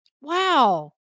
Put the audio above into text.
Wow